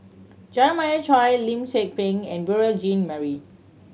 Jeremiah Choy Lim Tze Peng and Beurel Jean Marie